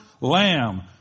lamb